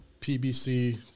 PBC